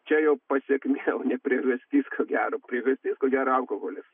čia jau pasekmė o ne priežastis ko gero priežastis ko gero alkoholis